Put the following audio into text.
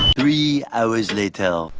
three hours later.